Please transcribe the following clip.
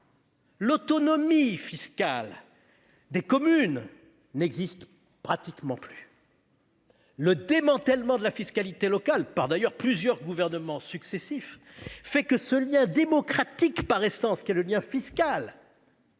L'autonomie fiscale des communes n'existe pratiquement plus. Le démantèlement de la fiscalité locale, par plusieurs gouvernements successifs d'ailleurs, fait que le lien démocratique par essence qu'est le lien fiscal,